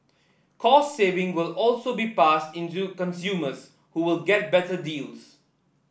cost saving will also be passed into consumers who will get better deals